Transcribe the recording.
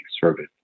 service